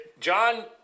John